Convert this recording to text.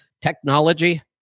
technology